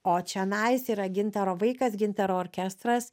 o čionais yra gintaro vaikas gintaro orkestras